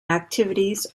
activities